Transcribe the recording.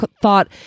thought